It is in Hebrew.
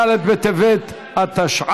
ד' בטבת התשע"ט,